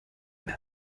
mehr